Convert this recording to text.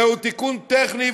זהו תיקון טכני,